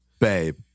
babe